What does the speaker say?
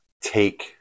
Take